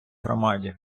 громаді